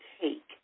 take